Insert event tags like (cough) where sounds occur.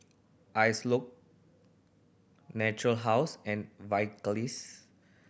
(unintelligible) Natura House and Vagisil